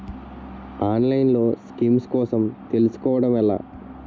ఆన్లైన్లో స్కీమ్స్ కోసం తెలుసుకోవడం ఎలా?